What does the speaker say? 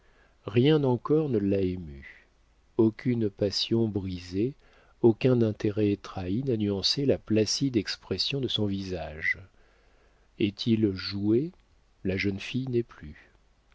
rien encore ne l'a émue aucune passion brisée aucun intérêt trahi n'a nuancé la placide expression de son visage est-il joué la jeune fille n'est plus